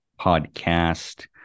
podcast